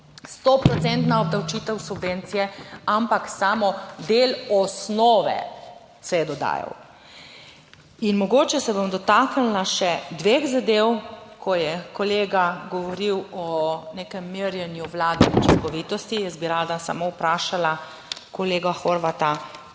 obdavčitev subvencije, ampak samo del osnove se je dodajal. In mogoče se bom dotaknila še dveh zadev, ko je kolega govoril o nekem merjenju vladne učinkovitosti. Jaz bi rada samo vprašala kolega Horvata,